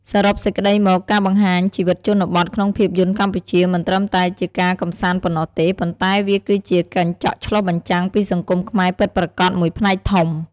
សរុបសេចក្ដីមក ការបង្ហាញជីវិតជនបទក្នុងភាពយន្តកម្ពុជា មិនត្រឹមតែជាការកម្សាន្តប៉ុណ្ណោះទេ ប៉ុន្តែវាគឺជា កញ្ចក់ឆ្លុះបញ្ចាំងពីសង្គមខ្មែរពិតប្រាកដ មួយផ្នែកធំ។